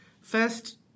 first